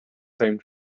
same